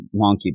wonky